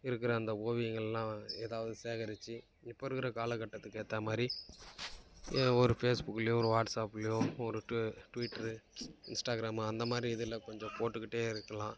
இருக்கிற அந்த ஓவியங்கள்லாம் எதாவது சேகரித்து இப்போ இருக்கிற காலகட்டத்துக்கு ஏற்ற மாதிரி ஏன் ஒரு ஃபேஸ்புக்லேயோ ஒரு வாட்ஸ்ஸப்லேயோ ஒரு டு ட்விட்டரு இன்ஸ்டாக்ராமு அந்தமாதிரி இதில் கொஞ்சம் போட்டுக்கிட்டே இருக்கலாம்